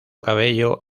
cabello